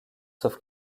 sauf